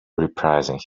reprising